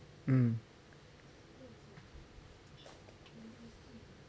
mm